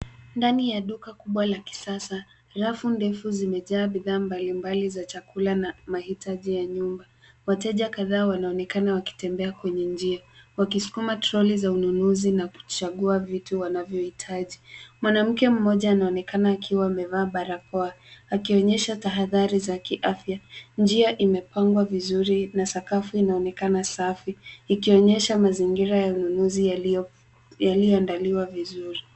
Ndani ya duka kubwa la kisasa, rafu ndefu zimejaa bidhaa mbalimbali za chakula na mahitaji ya nyumba. Wateja kadhaa wanaonekana wakitembea kwenye njia, wakisukuma toroli za ununuzi na kuchagua vitu wanavyohitaji. Mwanamke mmoja anaonekana akiwa amevaa barakoa akionyesha tahadhari za kiafya. Njia imepangwa vizuri na sakafu inaonekana safi ikonyesha mazingira ya ununuzi yaliyoandaliwa vizuri.